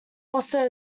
also